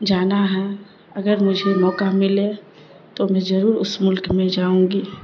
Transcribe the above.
جانا ہے اگر مجھے موقع ملے تو میں ضرور اس ملک میں جاؤں گی